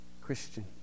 Christian